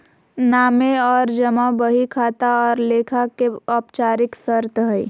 नामे और जमा बही खाता और लेखा के औपचारिक शर्त हइ